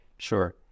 Sure